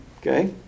Okay